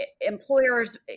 employers